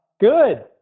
Good